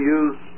use